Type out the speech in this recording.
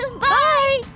Bye